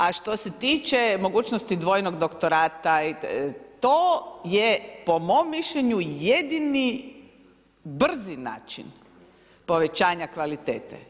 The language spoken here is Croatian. A što se tiče mogućnosti dvojnog doktorata, to je po mom mišljenju jedini brzi način povećanja kvalitete.